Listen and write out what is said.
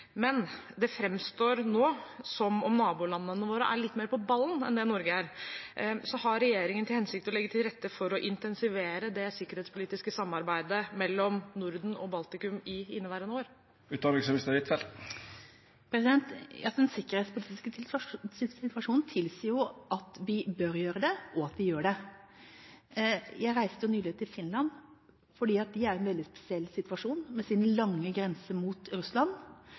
Men det fremstår nå som om nabolandene våre er litt mer på ballen enn det Norge er, så har regjeringen til hensikt å legge til rette for å intensivere det sikkerhetspolitiske samarbeidet mellom Norden og Baltikum i inneværende år? Den sikkerhetspolitiske situasjonen tilsier jo at vi bør gjøre det, og at vi gjør det. Jeg reiste nylig til Finland, fordi de er i en veldig spesiell situasjon med sin lange grense mot Russland,